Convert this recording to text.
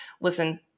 listen